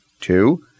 Two